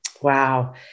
Wow